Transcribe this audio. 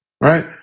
Right